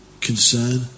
concern